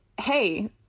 hey